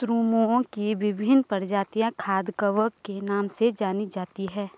मशरूमओं की विभिन्न प्रजातियां खाद्य कवक के नाम से जानी जाती हैं